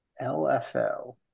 LFO